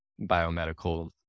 biomedical